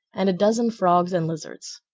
and a dozen frogs and lizards.